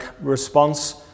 response